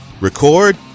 record